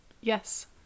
yes